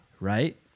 Right